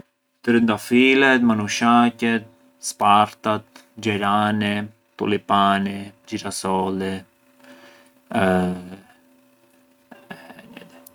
Trëndafilet, manushaqet, spartat, xherani, tulipani, xhirasoli